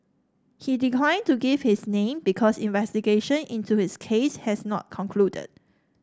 he declined to give his name because investigation into his case has not concluded